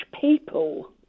people